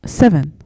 seven